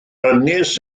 ynys